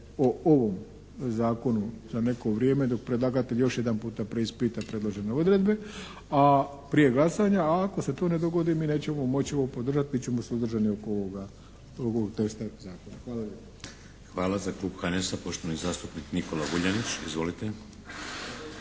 o ovom zakonu za neko vrijeme dok predlagatelj još jedanputa preispita predložene odredbe prije glasanja, a ako se to ne dogodi mi nećemo moći ovo podržati, bit ćemo suzdržani oko ovog teksta zakona. Hvala lijepa. **Šeks, Vladimir (HDZ)** Hvala.